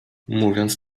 mówiąc